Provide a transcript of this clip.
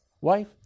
Wife